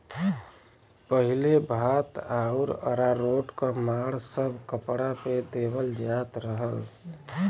पहिले भात आउर अरारोट क माड़ सब कपड़ा पे देवल जात रहल